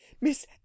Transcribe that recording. Miss